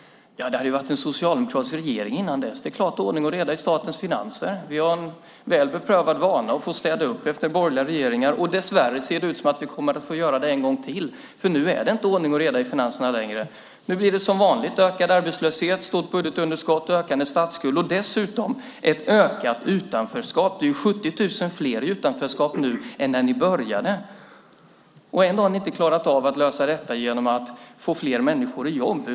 Det hade varit en socialdemokratisk regering innan dess. Det är klart att det var ordning och reda i statens finanser. Vi har en väl beprövad vana att få städa upp efter borgerliga regeringar, och dess värre ser det ut som att vi kommer att få göra det en gång till. Nu är det inte ordning och reda i finanserna längre. Nu blir det som vanligt ökad arbetslöshet, stort budgetunderskott och ökande statsskuld. Dessutom blir det ett ökat utanförskap. Det är 70 000 fler i utanförskap nu än när ni började. Ändå har ni inte klarat av att lösa detta genom att få fler människor i jobb.